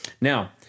Now